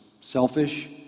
selfish